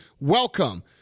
welcome